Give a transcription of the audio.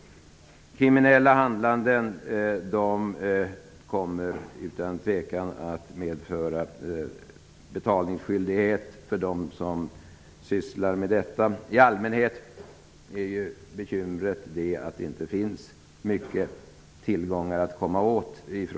Kriminella handlanden kommer utan tvekan att medföra betalningsskyldighet för dem som sysslar med det. I allmänhet är bekymret det att det från sådana personer inte finns mycket tillgångar att komma åt.